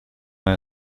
моем